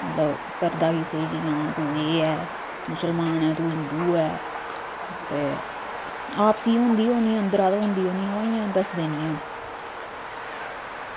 करदा बी सेही ऐ की तू एह् ऐ मुसलमान ते हिंदु ऐ ते आपसी ते होनी दगै होनी अंदरा होनी गै पर दसदे निं ऐ